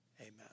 amen